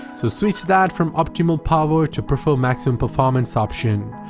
so switch that from optimal power to prefer maximum performance option.